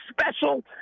special